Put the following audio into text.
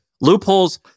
loopholes